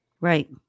Right